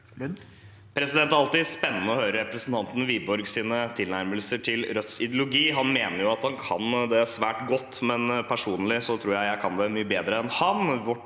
Det er alltid spennende å høre representanten Wiborgs tilnærmelser til Rødts ideologi. Han mener at han kan det svært godt, men personlig tror jeg at jeg kan det mye bedre enn ham.